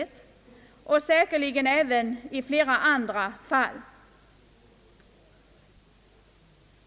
Detta gäller säkerligen även i många andra fall.